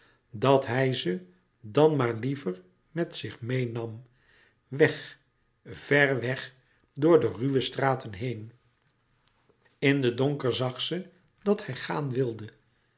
dat hij ze dan maar liever met zich meê nam weg ver weg door de ruwe straten heen in den donker zag ze dat hij gaan wilde